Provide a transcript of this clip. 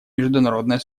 международная